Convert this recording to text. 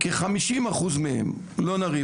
כ-50 אחוז מהם לא נריב,